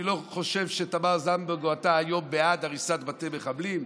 אני לא חושב שתמר זנדברג או אתה היום בעד הריסת בתי מחבלים,